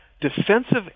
defensive